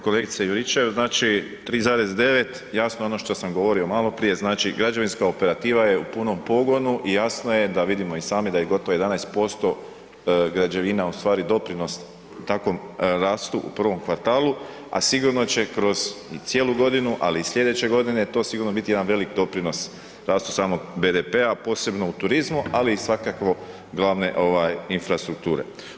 Kolegice Juričev, znači 3,9% jasno ono što sam govorio maloprije, znači građevinska operativa je u punom pogonu i jasno je da vidimo i sami da je gotovo 11% građevina u stvari doprinos takvom rastu u prvom kvartalu, a sigurno će kroz i cijelu godinu, ali i slijedeće godine to sigurno biti jedan veliki doprinos rastu samog BDP-a posebno u turizmu, ali i svakako glavne ovaj infrastrukture.